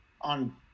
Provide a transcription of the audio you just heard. on